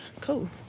cool